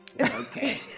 Okay